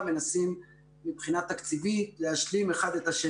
מבנה וכן הלאה.